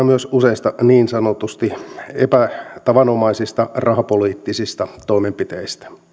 myös useista niin sanotusti epätavanomaisista rahapoliittisista toimenpiteistä